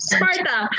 Sparta